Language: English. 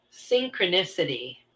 Synchronicity